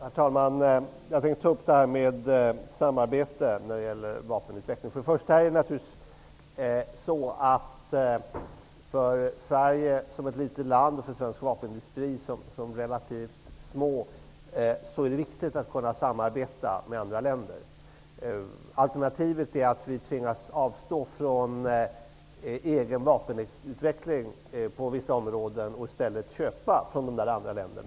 Herr talman! Jag vill ta upp frågan om samarbete när det gäller vapenutveckling. För Sverige som ett litet land och för svensk vapenindustri som är relativt liten är det viktigt att kunna samarbeta med andra länder. Alternativet är att tvingas avstå från egen vapenutveckling på vissa områden och i stället köpa från andra länder.